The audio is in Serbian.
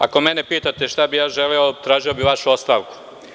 Ako mene pitate šta bih ja želeo, tražio bih vašu ostavku.